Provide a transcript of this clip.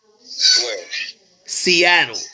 Seattle